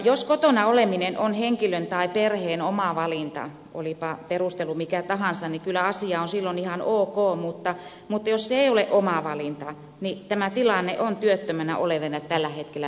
jos kotona oleminen on henkilön tai perheen oma valinta olipa perustelu mikä tahansa niin kyllä asia on silloin ihan ok mutta jos se ei ole oma valinta niin tämä tilanne on työttömänä oleville tällä hetkellä nöyryyttävä